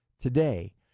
today